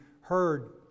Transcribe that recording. heard